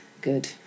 good